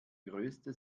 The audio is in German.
größte